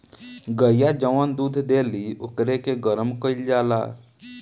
गइया जवन दूध देली ओकरे के गरम कईल जाला